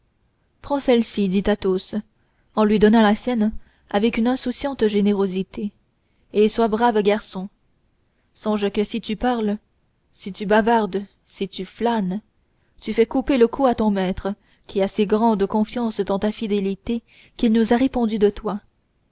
prends celle-ci dit athos en lui donnant la sienne avec une insouciante générosité et sois brave garçon songe que si tu parles si tu bavardes si tu flânes tu fais couper le cou à ton maître qui a si grande confiance dans ta fidélité qu'il nous a répondu de toi